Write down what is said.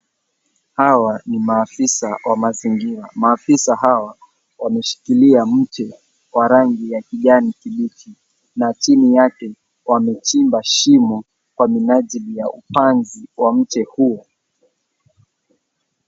Hawa ni maafisa wa mazingira. Maafisa hawa wameshikia mti wa rangi ya kijani kibichi, na chini yake wamechimba shimo kwa minajili ya upanzi wa mti huo.